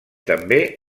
també